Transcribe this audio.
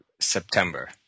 September